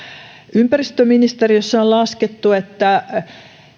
ympäristöministeriössä on laskettu että